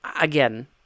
again